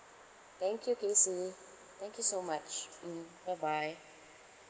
thank you casey thank you so much mm bye bye